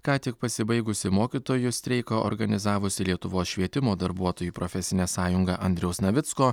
ką tik pasibaigusį mokytojų streiką organizavusi lietuvos švietimo darbuotojų profesinė sąjunga andriaus navicko